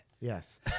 Yes